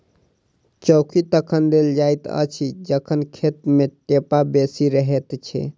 चौकी तखन देल जाइत अछि जखन खेत मे ढेपा बेसी रहैत छै